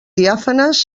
diàfanes